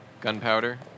Gunpowder